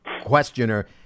questioner